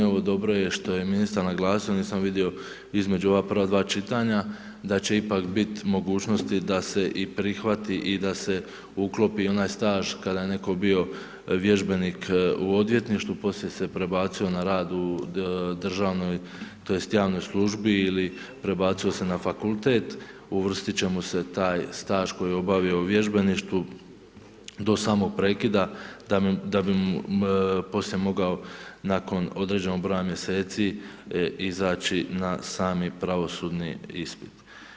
Evo dobro je što je ministar naglasio, nisam vidio između ova dva prva čitanja da će ipak biti mogućnosti da se i prihvati i da se uklopi onaj staž kada je netko bio vježbenik u odvjetništvu, poslije se prebacio na rad u državnoj tj. javnoj službi ili prebacuje se na fakultet, uvrstit će mu se taj staž koji je obavio u vježbeništvu do samog prekida da bi poslije mogao nakon određenog broja mjeseci izaći na sami pravosudni ispit.